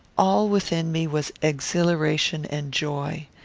all within me was exhilaration and joy.